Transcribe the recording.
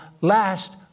last